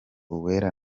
uwera